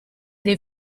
dei